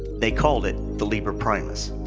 they called it the liber primus.